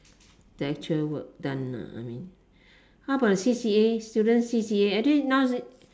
the actual work done ah I mean how about the C_C_A students C_C_A actually now